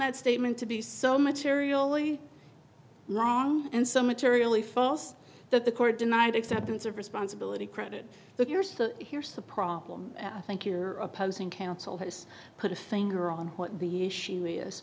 that statement to be so materially wrong and some material a false that the court denied acceptance of responsibility credit but you're still here so problem i think you're opposing counsel has put a finger on what the issue is